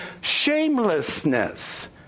shamelessness